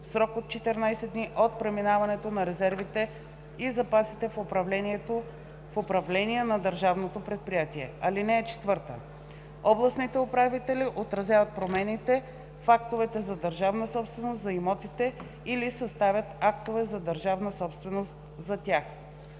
срок от 14 дни от преминаването на резервите и запасите в управление на държавното предприятие. (4) Областните управители отразяват промените в актовете за държавна собственост за имотите или съставят актове за държавна собственост за тях.“